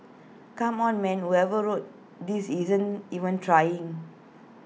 come on man whoever wrote this isn't even trying